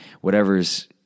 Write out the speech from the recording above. whatever's